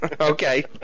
Okay